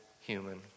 human